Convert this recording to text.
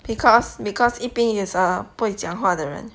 because because yi bing is err 不会讲话的人